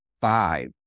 five